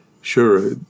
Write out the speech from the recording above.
sure